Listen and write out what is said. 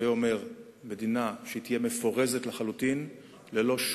השאלה שלי היתה מכוונת לשר החוץ ולמפלגתו, משום